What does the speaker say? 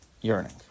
Yearning